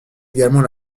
également